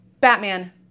Batman